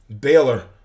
Baylor